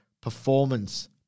performance